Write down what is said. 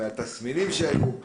מהתסמינים שהיו.